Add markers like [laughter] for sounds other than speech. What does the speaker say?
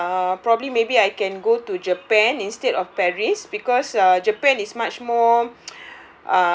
[breath] uh probably maybe I can go to japan instead of paris because uh japan is much more [noise]